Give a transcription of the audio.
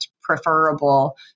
preferable